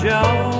Joe